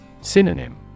Synonym